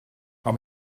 how